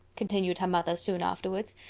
continued her mother, soon afterwards,